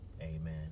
amen